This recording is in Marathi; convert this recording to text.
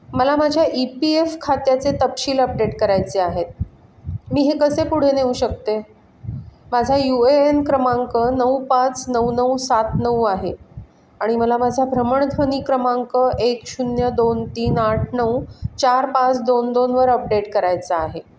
मला माझ्या ई पी एफ खात्याचे तपशील अपडेट करायचे आहेत मी हे कसे पुढे नेऊ शकते माझा यू ए एन क्रमांक नऊ पाच नऊ नऊ सात नऊ आहे आणि मला माझा भ्रमणध्वनी क्रमांक एक शून्य दोन तीन आठ नऊ चार पाच दोन दोनवर अपडेट करायचा आहे